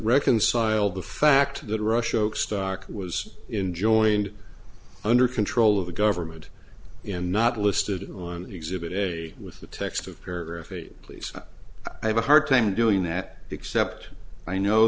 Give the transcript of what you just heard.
reconcile the fact that russia stock was in joined under control of the government in not listed on exhibit a with the text of paragraph eight please i have a hard time doing that except i know